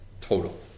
total